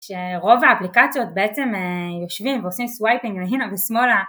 שרוב האפליקציות בעצם יושבים ועושים סווייפינג ימינה ושמאלה